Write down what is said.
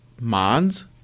mods